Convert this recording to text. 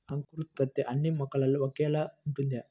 అంకురోత్పత్తి అన్నీ మొక్కల్లో ఒకేలా ఉంటుందా?